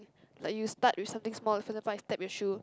like you start with something small for example I step your shoe